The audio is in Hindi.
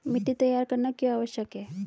मिट्टी तैयार करना क्यों आवश्यक है?